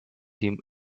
him